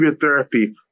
therapy